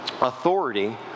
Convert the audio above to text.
authority